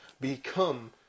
become